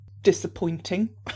disappointing